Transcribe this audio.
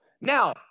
Now